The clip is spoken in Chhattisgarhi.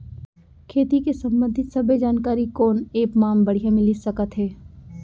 खेती के संबंधित सब्बे जानकारी कोन एप मा बढ़िया मिलिस सकत हे?